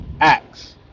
acts